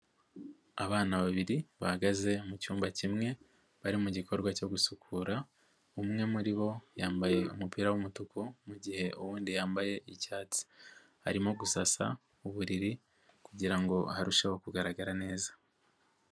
Abana babiri bahagaze mu cyumba kimwe bari gikorwa cyo gusukura, umwe muri bo yambaye umupira w'umutuku mu gihe undi yambaye icyatsi, barimo gusasa uburiri kugira ngo harusheho kugaragara neza.